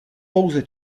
pouze